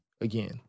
again